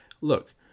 look